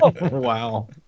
Wow